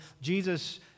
Jesus